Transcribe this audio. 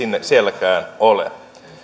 sielläkään ole